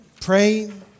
praying